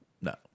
no